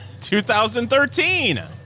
2013